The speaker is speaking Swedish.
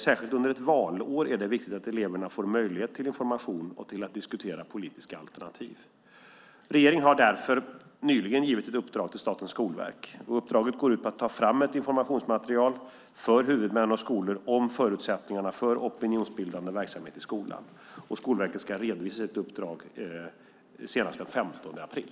Särskilt under ett valår är det viktigt att eleverna får möjlighet till information och till att diskutera politiska alternativ. Regeringen har därför nyligen givit ett uppdrag till Statens skolverk. Uppdraget går ut på att ta fram ett informationsmaterial för huvudmän och skolor om förutsättningarna för opinionsbildande verksamhet i skolan. Skolverket ska redovisa sitt uppdrag senast den 15 april.